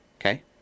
Okay